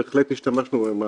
בהחלט השתמשנו בהם.